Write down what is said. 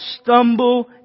stumble